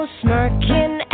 smirking